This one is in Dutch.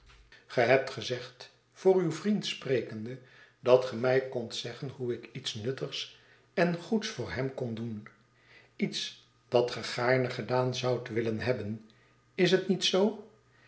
ge hebt gezegd voor uw vriend sprekende dat ge mij kondt zeggen hoe ik iets nuttigs en goeds voor hem kon doen lets dat ge gaarne gedaan zoudt willen hebben is het niet zoo